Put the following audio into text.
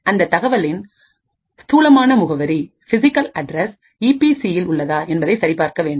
ஆகவே அந்த தகவலின் ஸ்தூலமான முகவரி ஈபி சி இல் உள்ளதா என்பதை சரி பார்க்க வேண்டும்